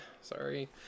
sorry